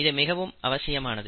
இது மிகவும் அவசியமானது